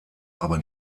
aber